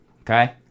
okay